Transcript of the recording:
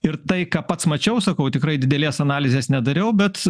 ir tai ką pats mačiau sakau tikrai didelės analizės nedariau bet